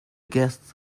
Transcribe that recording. guests